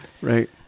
Right